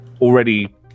already